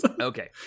Okay